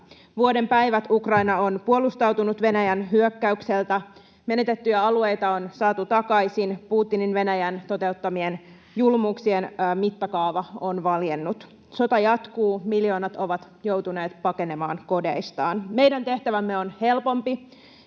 Vuoden päivät Ukraina on puolustautunut Venäjän hyökkäykseltä, menetettyjä alueita on saatu takaisin. Putinin Venäjän toteuttamien julmuuksien mittakaava on valjennut. Sota jatkuu. Miljoonat ovat joutuneet pakenemaan kodeistaan. Meidän tehtävämme on helpompi.